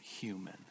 human